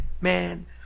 man